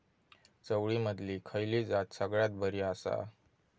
चवळीमधली खयली जात सगळ्यात बरी आसा?